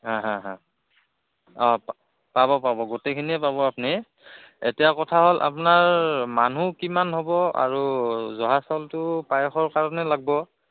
হাঁ হাঁ অঁ পাব পাব গোটেইখিনিয়ে পাব আপুনি এতিয়া কথা হ'ল আপোনাৰ মানুহ কিমান হ'ব আৰু জহা চাউলটো পায়সৰ কাৰণে লাগিব